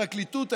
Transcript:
הפרקליטות,